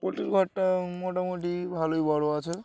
পোলট্রির ঘরটা মোটামুটি ভালোই বড় আছে